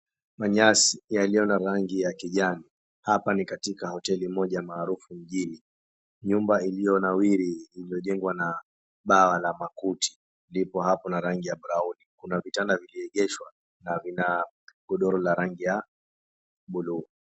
Manyasi yaliyo na rangi ya kijani. Hapa ni katika hoteli moja maarufu mjini. Nyumba ilionawiri iliojengwa na bawa la makuti lipo hapo na rangi ya brauni. Kuna vitanda vilioegeshwa na vina godoro la rangi ya buluu.